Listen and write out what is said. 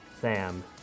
Sam